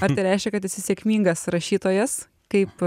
ar tai reiškia kad esi sėkmingas rašytojas kaip